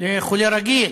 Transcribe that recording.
לחולה רגיל.